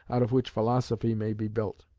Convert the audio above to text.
out of which philosophy may be built.